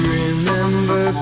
remember